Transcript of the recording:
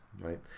right